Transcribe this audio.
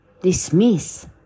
dismiss